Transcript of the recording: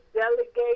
delegate